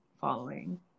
following